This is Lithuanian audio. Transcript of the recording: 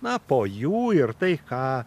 na po jų ir tai ką